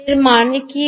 এর মানে কী